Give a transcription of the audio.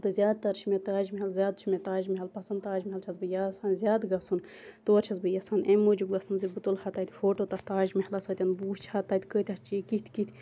تہٕ زیاد تَر چھ مےٚ تاج محل زیاد چھُ مےٚ تاج محل پَسَنٛد تاج محل چھَس بہٕ یَژھان زیاد گَژھُن تور چھَس بہٕ یَژھان امہ موٗجُب گَژھُن ذٕ بہٕ تُلہٕ ہا تَتہِ فوٹو تتھ تاج محلَس سۭتۍ بہٕ وٕچھ ہا تَتہٕ کۭتیاہ چیٖز کِتھ کِتھ